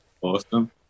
Awesome